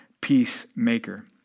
peacemaker